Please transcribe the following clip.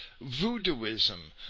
voodooism